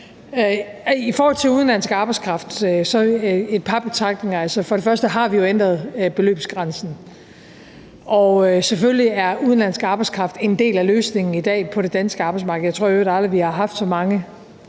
I forhold til udenlandsk arbejdskraft har jeg et par betragtninger. For det første har vi jo ændret beløbsgrænsen, og selvfølgelig er udenlandsk arbejdskraft en del af løsningen i dag på det danske arbejdsmarked. Jeg tror i øvrigt aldrig, vi har haft så mange